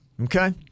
Okay